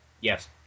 Yes